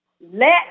Let